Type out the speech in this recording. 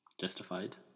Justified